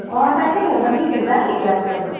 অঁ তাকেহে ভাবিছোঁ যায় নেকি আপোনালোকো